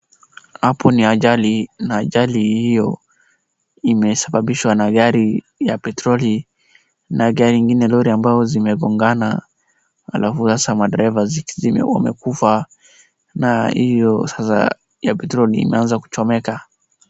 Hapo ni ajali na ajali hiyo imesababishwa na gari ya petroli na gari ingine lori ambayo zimegongana. alafu sasa madereva wamekufa na hiyo sasa ya petroli imeanza kuchomeka.